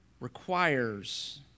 requires